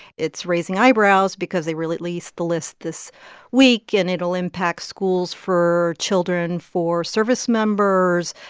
it's raising eyebrows because they released the list this week, and it'll impact schools for children, for service members,